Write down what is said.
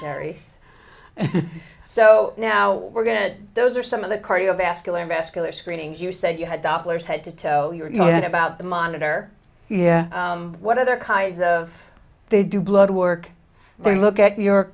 terry's so now we're going to those are some of the cardiovascular vascular screenings you said you had dopplers head to toe your head about the monitor yeah what other kinds of they do bloodwork they look at your